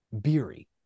Beery